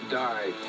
die